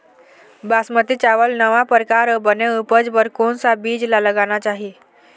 बासमती चावल नावा परकार अऊ बने उपज बर कोन सा बीज ला लगाना चाही?